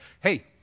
Hey